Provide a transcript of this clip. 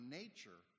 nature